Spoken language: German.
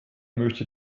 möchte